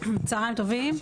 צוהריים טובים,